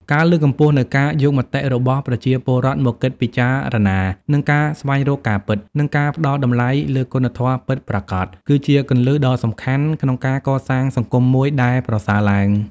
ការលើកកម្ពស់នូវការយកមតិរបស់ប្រជាពលរដ្ឋមកគិតពីចារណា និងការស្វែងរកការពិត និងការផ្ដល់តម្លៃលើគុណធម៌ពិតប្រាកដ គឺជាគន្លឹះដ៏សំខាន់ក្នុងការកសាងសង្គមមួយដែលប្រសើរឡើង។